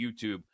YouTube